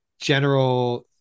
general